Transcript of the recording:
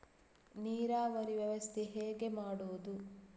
ನೀರಾವರಿ ವ್ಯವಸ್ಥೆ ಹೇಗೆ ಮಾಡುವುದು?